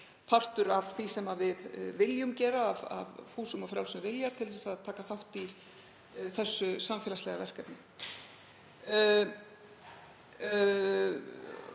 partur af því sem við viljum gera af fúsum og frjálsum vilja til að taka þátt í þessu samfélagslega verkefni.